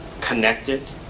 connected